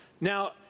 Now